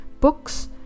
books